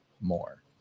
more